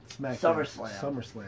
SummerSlam